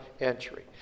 entry